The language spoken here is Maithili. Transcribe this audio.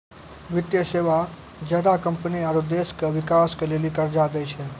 वित्तीय सेवा ज्यादा कम्पनी आरो देश के बिकास के लेली कर्जा दै छै